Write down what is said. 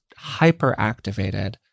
hyperactivated